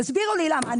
תסבירו לי למה.